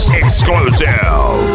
exclusive